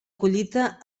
collita